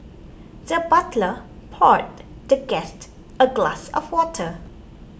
the butler poured the guest a glass of water